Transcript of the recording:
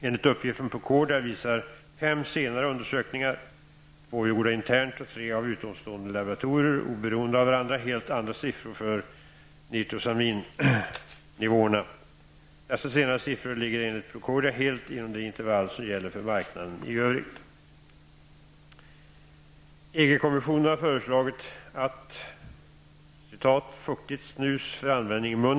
Enligt uppgift från Procordia visar fem senare undersökningar -- två gjorda internt och tre av utomstående laboratorier -- oberoende av varandra helt andra siffror för nitrosaminnivåerna. Dessa senare siffror ligger enligt Procordia helt inom det intervall som gäller för marknaden i övrigt. EG.